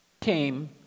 came